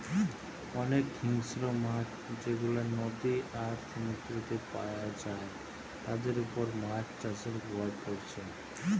অনেক হিংস্র মাছ যেগুলা নদী আর সমুদ্রেতে পায়া যায় তাদের উপর মাছ চাষের প্রভাব পড়ছে